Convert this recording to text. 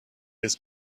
this